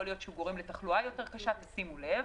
יכול להיות שגורם לתחלואה יותר קשה שימו לב.